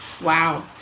wow